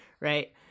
right